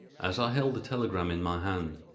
as i held the telegram in my hand,